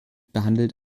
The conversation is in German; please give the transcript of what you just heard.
behandelt